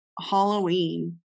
Halloween